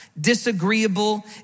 Disagreeable